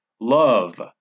Love